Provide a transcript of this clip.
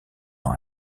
dans